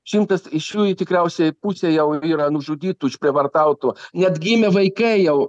šimtas iš jų ir tikriausiai pusė jau yra nužudytų išprievartautų net gimė vaikai jau